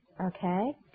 Okay